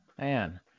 man